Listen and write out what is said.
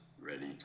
ready